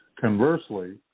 Conversely